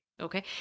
okay